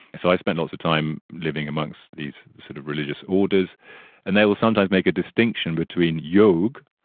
so i spent lots of time living amongst these sort of religious orders and they will sometimes make a distinction between yog,